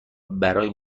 برای